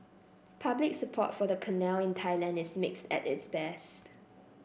public support for the canal in Thailand is mixed at this best